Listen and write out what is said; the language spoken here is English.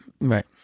Right